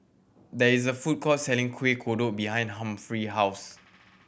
there is a food court selling Kuih Kodok behind Humphrey house